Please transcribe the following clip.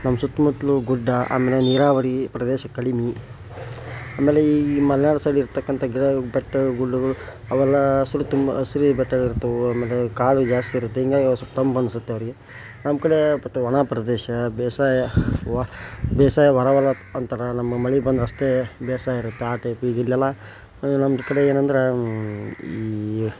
ನಮ್ಮ ಸುತ್ತ ಮುತ್ತಲೂ ಗುಡ್ಡ ಅಂದರೆ ನೀರಾವರಿ ಪ್ರದೇಶ ಕಡಿಮೆ ಆಮೇಲೆ ಈ ಮಲ್ನಾಡು ಸೈಡ್ ಇರ್ತಕ್ಕಂಥ ಗಿಡ ಬೆಟ್ಟ ಗುಡ್ಡಗಳು ಅವೆಲ್ಲ ಹಸಿರು ತುಂಬ ಹಸಿರೇ ಬೆಟ್ಟಗಳಿರ್ತಾವೆ ಆಮೇಲೆ ಕಾಡು ಜಾಸ್ತಿ ಇರುತ್ತೆ ಹೀಗಾಗಿ ಸ್ವಲ್ಪ ತಂಪು ಅನ್ನಿಸುತ್ತೆ ಅವರಿಗೆ ನಮ್ಮ ಕಡೆ ಬಟ್ಟೆ ಒಣ ಪ್ರದೇಶ ಬೇಸಾಯ ವ ಬೇಸಾಯ ಬರಗಾಲ ಅಂತಾರೆ ನಮ್ಮ ಮಳೆ ಬಂದರೆ ಅಷ್ಟೇ ಬೇಸಾಯ ಇರುತ್ತೆ ಆ ಟೈಪ್ ಇಲ್ಲೆಲ್ಲ ನಮ್ದು ಕಡೆ ಏನೆಂದ್ರೆ ಈ